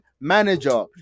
manager